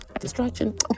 distraction